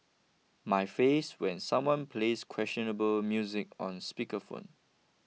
my face when someone plays questionable music on speaker phone